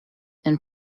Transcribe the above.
and